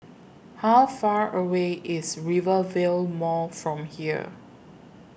How Far away IS Rivervale Mall from here